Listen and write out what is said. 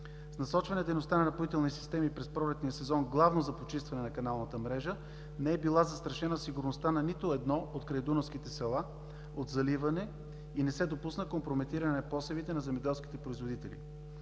С насочване дейността на „Напоителни системи“ през пролетния сезон главно за почистване на каналната мрежа не е била застрашена сигурността на нито едно от крайдунавските села от заливане и не се допусна компрометиране на посевите на земеделските производители.